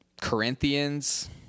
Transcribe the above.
Corinthians